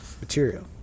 material